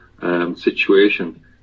situation